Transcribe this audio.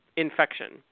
infection